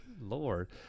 Lord